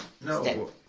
No